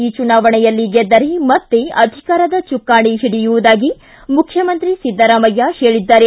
ಈ ಚುನಾವಣೆಯಲ್ಲಿ ಗೆದ್ದರೆ ಮತ್ತೆ ಅಧಿಕಾರದ ಚುಕ್ಕಾಣಿ ಹಿಡಿಯುವುದಾಗಿ ಮುಖ್ಯಮಂತ್ರಿ ಸಿದ್ದರಾಮಯ್ಯ ಹೇಳಿದ್ದಾರೆ